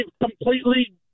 completely